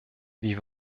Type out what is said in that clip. wie